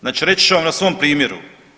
Znači reći ću vam na svom primjeru.